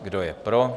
Kdo je pro?